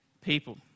people